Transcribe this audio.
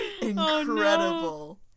incredible